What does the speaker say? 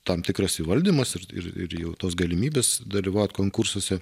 tam tikras įvaldymas ir ir jau tos galimybės dalyvauti konkursuose